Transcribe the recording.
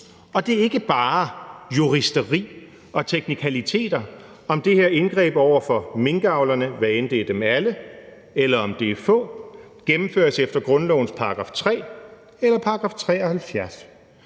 Og det er ikke bare juristeri og teknikaliteter, om det her indgreb over for minkavlerne – hvad end det er over for dem alle eller over for få – gennemføres efter grundlovens § 3 eller § 73,